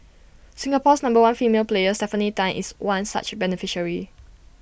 Singapore's number one female player Stefanie Tan is one such beneficiary